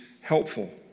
helpful